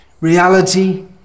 reality